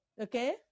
Okay